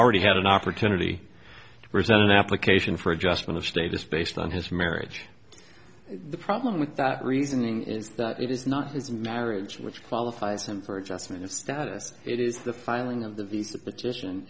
already had an opportunity to present an application for adjustment of status based on his marriage the problem with that reasoning is that it is not his marriage which qualifies him for adjustment of status it is the filing of the visa petition